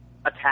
attack